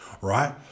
right